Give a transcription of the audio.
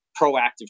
proactive